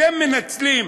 אתם מנצלים,